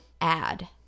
add